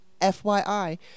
fyi